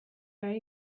very